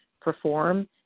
perform